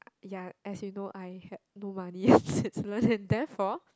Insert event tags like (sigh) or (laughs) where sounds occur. ya as you know I had no money (laughs) in Switzerland and therefore